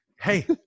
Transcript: Hey